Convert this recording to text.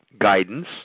guidance